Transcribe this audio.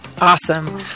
Awesome